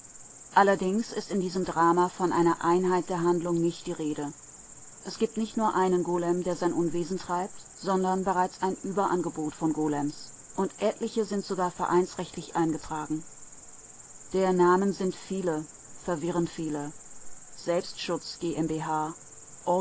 allerdings ist in diesem drama von einer einheit der handlung nicht die rede es gibt nicht nur einen golem der sein unwesen treibt sondern bereits ein überangebot von golems und etliche sind sogar vereinsrechtlich eingetragen der namen sind viele verwirrend viele selbstschutz g m b h